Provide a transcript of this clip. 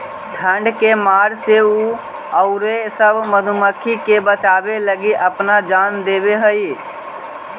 ठंड के मार से उ औउर सब मधुमाखी के बचावे लगी अपना जान दे देवऽ हई